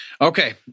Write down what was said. Okay